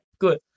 good